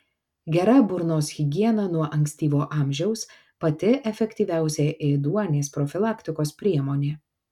gera burnos higiena nuo ankstyvo amžiaus pati efektyviausia ėduonies profilaktikos priemonė